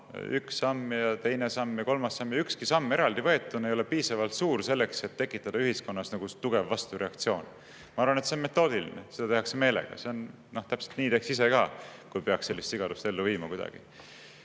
Üks samm ja teine samm ja kolmas samm. Ükski samm eraldi võetuna ei ole piisavalt suur selleks, et tekitada ühiskonnas tugev vastureaktsioon. Ma arvan, et see on metoodiline, seda tehakse meelega. No täpselt nii teeks ise ka, kui peaks sellist sigadust ellu viima kuidagi.